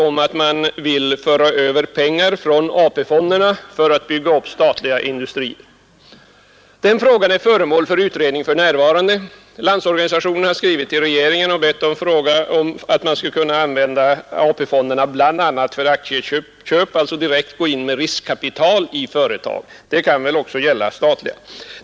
Jo, man vill bl.a. föra över pengar från AP-fonderna för att bygga upp statliga industrier. Den frågan är emellertid för närvarande föremål för utredning. Landsorganisationen har skrivit till regeringen och hemställt om att få använda AP-fonderna bl.a. för aktieköp, alltså att direkt gå in med riskkapital i företag — det kan också gälla statliga företag.